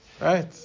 right